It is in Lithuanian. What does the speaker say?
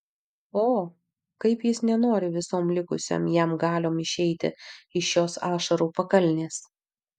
o kaip jis nenori visom likusiom jam galiom išeiti iš šios ašarų pakalnės